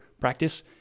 practice